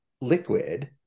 liquid